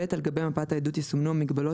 (ב)על גבי מפת העדות יסומנו המגבלות